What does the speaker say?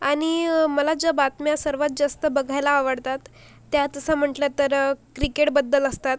आणि मला ज्या बातम्या सर्वात जास्त बघायला आवडतात त्या तसं म्हटलं तर क्रिकेटबद्दल असतात